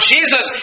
Jesus